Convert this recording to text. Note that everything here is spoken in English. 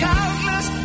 Countless